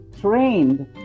trained